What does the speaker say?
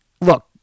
look